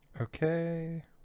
Okay